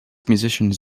musicians